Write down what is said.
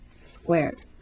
squared